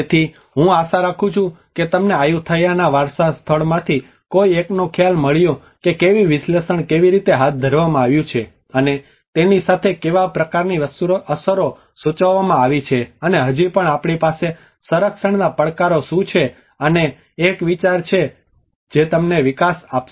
તેથી હું આશા રાખું છું કે તમને આયુથૈયાના વારસા સ્થળમાંથી કોઈ એકનો ખ્યાલ મળ્યો છે કે વિશ્લેષણ કેવી રીતે હાથ ધરવામાં આવ્યું છે અને તેની સાથે કેવા પ્રકારની અસરો સૂચવવામાં આવી છે અને હજી પણ આપણી પાસે સંરક્ષણના પડકારો શું છે અને એક વિચાર છે જે તમને વિકાસ આપશે